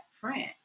print